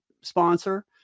sponsor